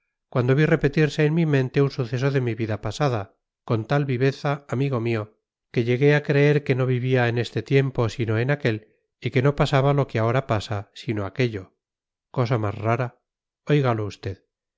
cuando vi repetirse en mi mente un suceso de mi vida pasada con tal viveza amigo mío que llegué a creer que no vivía en este tiempo sino en aquel y que no pasaba lo que ahora pasa sino aquello cosa más rara óigalo usted